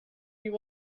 you